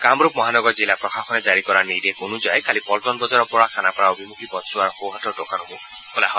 কামৰূপ মহানগৰ জিলা প্ৰশাসনে জাৰি কৰা নিৰ্দেশ অনুযায়ী কালি পলটন বজাৰৰ পৰা খানাপাৰা অভিমুখী পথছোৱাৰ সোঁহাতৰ দোকানসমূহ খোলা হয়